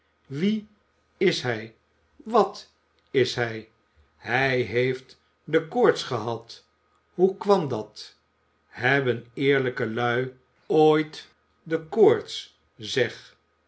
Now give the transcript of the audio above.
wie is hij wat is hij hij heeft de koorts gehad hoe kwam dat hebben eerlijke lui ooit de koorts zeg